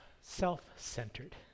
self-centered